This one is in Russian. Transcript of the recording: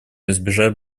избежать